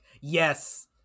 yes-